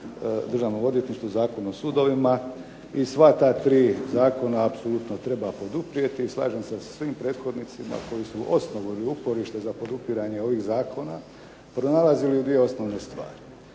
Državno odvjetničkom i Zakonu o sudovima i sva ta tri zakona apsolutno treba poduprijeti. Slažem se sa svim prethodnicima koji su osnovu ili uporište za podupiranje ovih zakona pronalazili u dvije osnovne stvari.